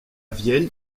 vienne